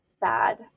bad